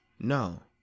No